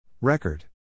Record